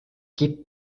gib